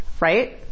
right